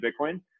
Bitcoin